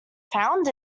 found